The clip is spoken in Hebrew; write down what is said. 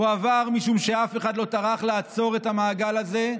הוא עבר משום שאף אחד לא טרח לעצור את המעגל הזה,